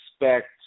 expect